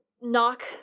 knock